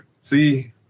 See